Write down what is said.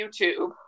YouTube